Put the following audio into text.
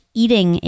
eating